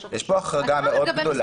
יש פה החרגה מאוד גדולה.